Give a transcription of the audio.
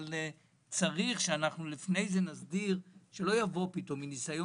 אבל צריך שלפני כן נסדיר שלא יבואו פתאום מד"א